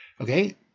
Okay